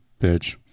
bitch